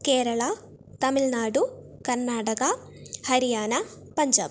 Kerala Tamil Nadu Karnataka Haryana Punjab